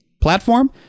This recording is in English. platform